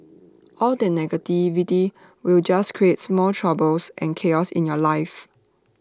all that negativity will just create more troubles and chaos in your life